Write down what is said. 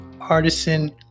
artisan